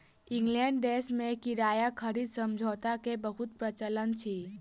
England देश में किराया खरीद समझौता के बहुत प्रचलन अछि